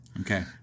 Okay